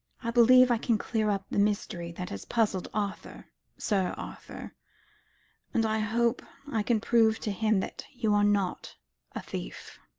i believe i can clear up the mystery that has puzzled arthur sir arthur and i hope i can prove to him that you are not a thief.